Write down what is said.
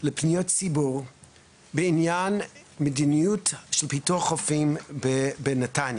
לפניות ציבור בעניין מדיניות של פיתוח חופים בנתניה.